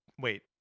Wait